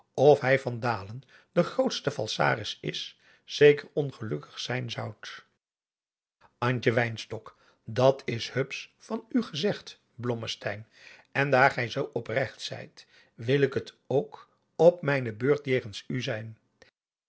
of hij of van dalen de grootste falsaris is zeker ongelukkig zijn zoudt antje wynstok dat is hupsch van u gezegd blommesteyn en daar gij zoo opregt zijt wil ik het ook op mijne beurt jegens u zijn